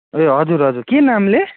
ए हजुर हजुर के नामले